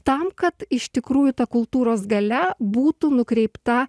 tam kad iš tikrųjų ta kultūros galia būtų nukreipta